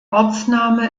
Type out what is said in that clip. ortsname